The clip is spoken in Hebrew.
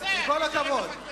עם כל הכבוד.